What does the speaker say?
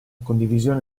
condivisione